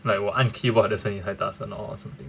like 我按 keyboard 的声音太大声 or something